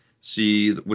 see